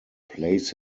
plays